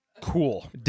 cool